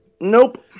Nope